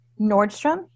Nordstrom